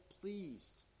pleased